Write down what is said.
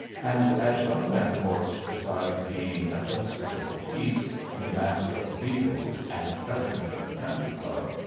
and as young van vorst, besides being a justice of the peace and a master of beagles and president of the country club,